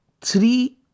three